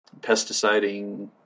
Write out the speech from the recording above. pesticiding